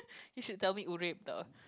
you should tell me urip tau